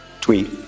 tweet